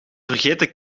vergeten